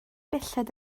belled